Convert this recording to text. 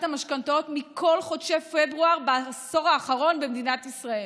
המשכנתאות מכל חודשי פברואר בעשור האחרון במדינת ישראל.